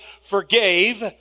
forgave